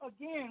again